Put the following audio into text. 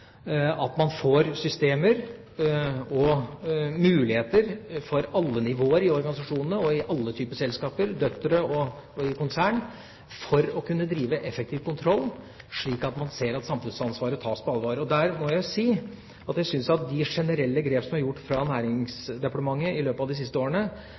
at man får systemer og muligheter for alle nivåer i organisasjonene og i alle typer selskaper, i datterselskaper og i konsern, til å kunne drive effektiv kontroll, slik at man ser at samfunnsansvaret tas på alvor. Der må jeg si at jeg syns at de generelle grepene som er gjort fra Næringsdepartementet i løpet av de siste årene,